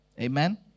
Amen